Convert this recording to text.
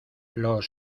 los